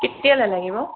কেতিয়ালে লাগিব